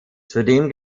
zudem